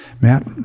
Matt